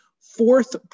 Fourth